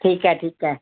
ठीकु आहे ठीकु आहे